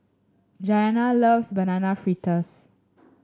Gianna loves Banana Fritters